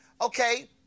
Okay